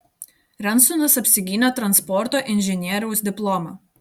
rensonas apsigynė transporto inžinieriaus diplomą